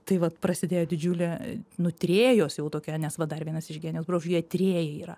tai vat prasidėjo didžiulė nu tyrėjos jau tokia nes va dar vienas iš genijaus bruožų jie tyrėjai yra